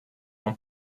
own